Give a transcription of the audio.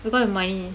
because of money